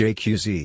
Jqz